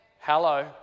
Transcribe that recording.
Hello